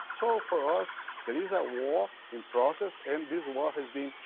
so for us there is a war in process, and this war has been,